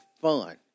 fun